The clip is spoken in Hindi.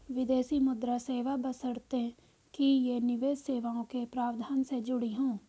विदेशी मुद्रा सेवा बशर्ते कि ये निवेश सेवाओं के प्रावधान से जुड़ी हों